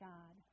God